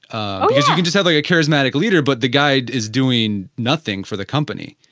because you can just have like a charismatic leader, but the guy is doing nothing for the company,